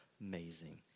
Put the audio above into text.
amazing